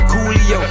Coolio